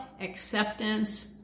acceptance